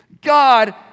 God